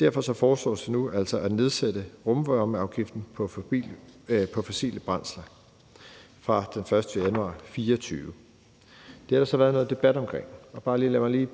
Derfor foreslås det altså nu at nedsætte rumvarmeafgiften på fossile brændsler fra den 1. januar 2024. Det har der så været noget debat om. Lad mig lige